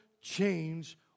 change